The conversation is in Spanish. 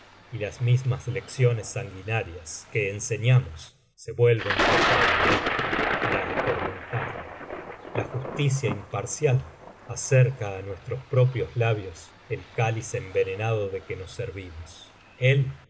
y las mismas lecciones sanguinarias que enseñamos se vuelven contra el maestro para atormentarle la justicia imparcial acerca á nuestros propios labios el cáliz envenenado de que nos servimos a